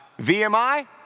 VMI